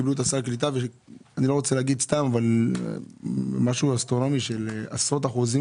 קיבלו את סל הקליטה בסכום אסטרונומי של עשרות אחוזים